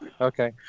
Okay